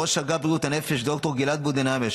ראש אגף בריאות הנפש ד"ר גלעד בודנהיימר,